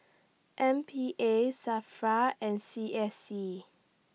M P A SAFRA and C S C